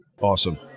Awesome